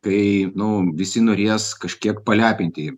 kai nu visi norės kažkiek palepinti